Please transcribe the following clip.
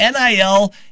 NIL